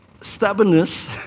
stubbornness